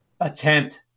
attempt